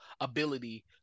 ability